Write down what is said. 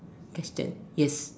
guess that yes